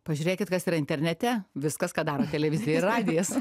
pažiūrėkit kas yra internete viskas ką daro televizija ir radijas